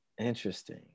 Interesting